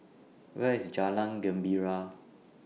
Where IS Jalan Gembira